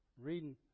reading